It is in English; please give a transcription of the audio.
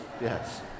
Yes